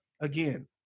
again